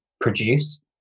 produce